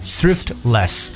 Thriftless